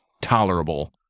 tolerable